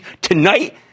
tonight